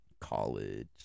College